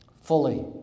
fully